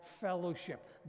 fellowship